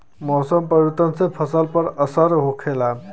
मौसम परिवर्तन से फसल पर का असर होखेला?